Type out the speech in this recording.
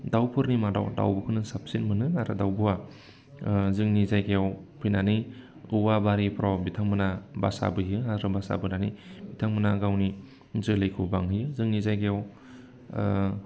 दाउफोरनि मादाव दाउब'खौनो साबसिन मोनो आरो दाउब'आ जोंनि जायगायाव फैनानै औवाबारिफ्राव बिथांमोना बासा बोयो आरो बासा बोनानै बिथांमोना गावनि जोलैखौ बांहोयो जोंनि जायगायाव